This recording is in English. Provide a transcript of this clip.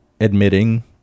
admitting